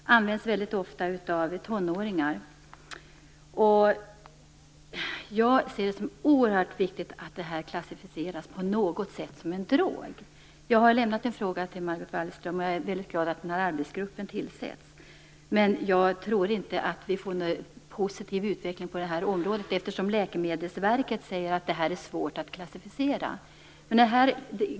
Den används ofta av tonåringar. Jag ser det som oerhört viktigt att den på något sätt klassificeras som en drog. Jag har lämnat en fråga till Margot Wallström, och jag är väldigt glad över att det tillsätts en arbetsgrupp. Men jag tror inte att vi får en positiv utveckling på det här området, eftersom Läkemedelsverket säger att det är svårt att göra en klassificering.